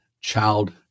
child